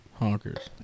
honkers